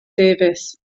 davies